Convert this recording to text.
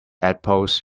apples